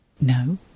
no